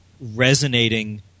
resonating